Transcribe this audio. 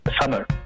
Summer